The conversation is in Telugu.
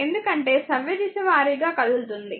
ఎందుకంటే సవ్యదిశ వారీగా కదులుతోంది